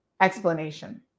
explanation